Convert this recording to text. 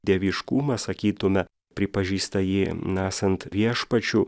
dieviškumą sakytume pripažįsta jį esant viešpačiu